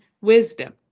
wisdom